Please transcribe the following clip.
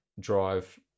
drive